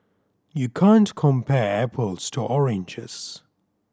you can't compare apples to oranges